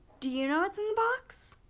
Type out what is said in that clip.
do you know what's in the box?